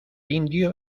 indio